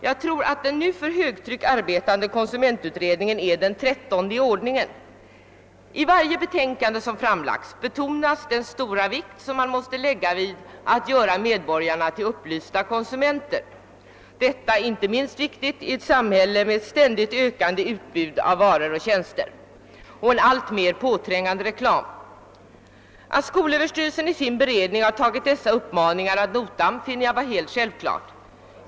Jag tror att den nu för högtryck arbetande konsumentutredningen är den trettonde i ordningen. I varje betänkande som framlagts betonas kraftigt den stora vikt, vilken man måste fästa vid att göra medborgarna till upplysta konsumenter. Detta är inte minst viktigt i ett samhälle med ett ständigt ökande utbud av varor och tjänster och en alltmer påträngande reklam. Att skolöverstyrelsen i sin beredning av detta ärende har tagit de nämnda uppmaningarna ad notam finner jag vara helt självklart.